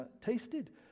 tasted